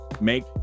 make